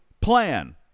plan